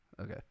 Okay